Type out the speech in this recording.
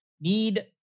need